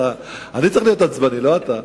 אני צריך להיות עצבני, לא אתה.